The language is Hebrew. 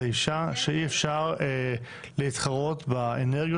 שדורשת 70% הסכמה לפני שמתקדמים עם התכנון.